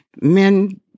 Men